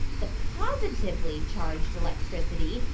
the positively charged electricity,